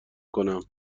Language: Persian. کنم